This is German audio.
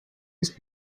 ist